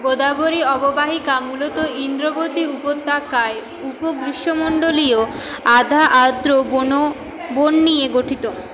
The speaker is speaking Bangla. গোদাবরী অববাহিকা মূলত ইন্দ্রবতী উপত্যকায় উপ গ্রীষ্মমন্ডলীয় আধা আর্দ্র বনো বন নিয়ে গঠিত